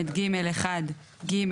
ו־49לג1(ג),